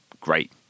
great